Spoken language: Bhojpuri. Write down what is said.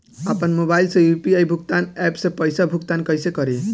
आपन मोबाइल से यू.पी.आई भुगतान ऐपसे पईसा भुगतान कइसे करि?